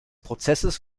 prozesses